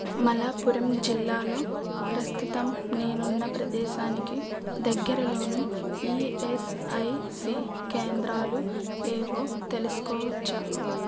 మళప్పురం జిల్లాలో ప్రస్తుతం నేనున్న ప్రదేశానికి దగ్గరలోని ఈఎస్ఐసి కేంద్రాలు ఏవో తెలుసుకోవచ్చా